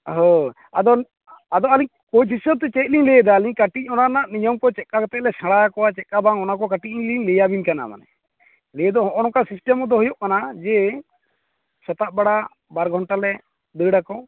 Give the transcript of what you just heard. ᱦᱳᱭ ᱟᱫᱚ ᱟᱫᱚ ᱟᱹᱞᱤᱧ ᱠᱳᱪ ᱦᱤᱥᱟᱹᱵ ᱛᱮ ᱪᱮᱫ ᱞᱤᱧ ᱞᱟᱹᱭ ᱮᱫᱟ ᱟᱹᱞᱤᱧ ᱠᱟᱹᱴᱤᱡ ᱚᱱᱟ ᱨᱮᱱᱟ ᱱᱤᱭᱚᱢ ᱠᱚ ᱪᱮᱫ ᱞᱮᱠᱟ ᱠᱟᱛᱮᱫ ᱞᱮ ᱥᱮᱸᱲᱟ ᱟᱠᱚᱣᱟ ᱪᱮᱫ ᱞᱮᱠᱟ ᱵᱟᱝ ᱚᱱᱟ ᱠᱟᱹᱴᱤᱡ ᱞᱤᱧ ᱞᱟᱹᱭ ᱟᱹᱵᱤᱱ ᱠᱟᱱᱟ ᱞᱟᱹᱭ ᱫᱚ ᱱᱚᱜᱼᱚᱭ ᱱᱚᱝᱠᱟ ᱥᱤᱥᱴᱮᱢ ᱫᱚ ᱦᱩᱭᱩ ᱠᱟᱱᱟ ᱡᱮ ᱥᱮᱛᱟᱜ ᱵᱮᱲᱮ ᱵᱟᱨ ᱜᱷᱚᱱᱴᱟ ᱞᱮ ᱫᱟᱹᱲ ᱟᱠᱚ